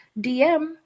DM